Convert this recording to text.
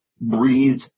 breathe